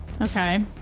Okay